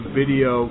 video